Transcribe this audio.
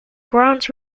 grant